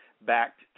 backed